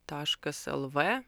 taškas lv